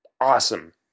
awesome